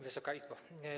Wysoka Izbo!